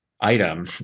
item